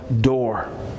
door